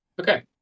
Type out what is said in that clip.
Okay